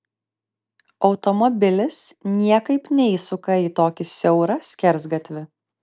automobilis niekaip neįsuka į tokį siaurą skersgatvį